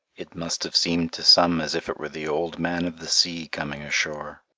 it must have seemed to some as if it were the old man of the sea coming ashore.